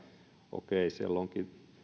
okei siellä onkin